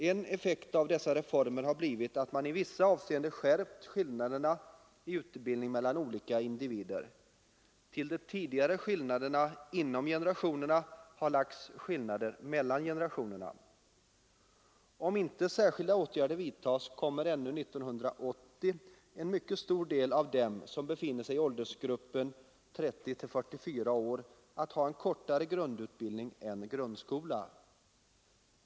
En effekt av dessa reformer har blivit att man i vissa avseenden skärpt skillnader i utbildning mellan olika individer. Till de tidigare skillnaderna inom generationerna har lagts skillnader mellan generationerna. Om inte särskilda åtgärder vidtas, kommer ännu 1980 en mycket stor del av dem som befinner sig i åldersgruppen 30—44 år att ha en kortare grundutbildning än grundskolan.